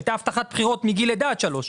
הייתה הבטחת בחירות מגיל לידה עד שלוש.